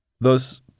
Thus